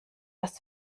hast